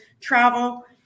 travel